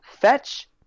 Fetch